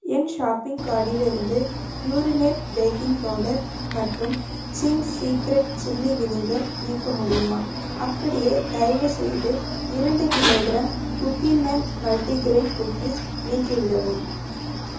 என் shopping கார்ட்டிலிருந்து பியூரிமேட் baking powder மற்றும் சிங்க்ஸ் சீக்ரட் சில்லி வினிகர் நீக்க முடியுமா அப்படியே தயவுசெய்து இரண்டு kilogram Cookieman multigrain cookies நீக்கிவிடவும்